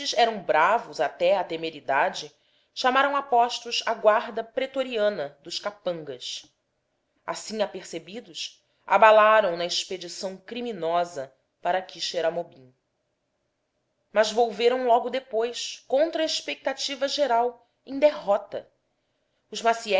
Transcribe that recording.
eram bravos até a temeridade chamaram a postos a guarda pretoriana dos capangas assim apercebidos abalaram na expedição criminosa para quixeramobim mas volveram logo depois contra a expectativa geral em derrota